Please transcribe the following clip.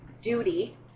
duty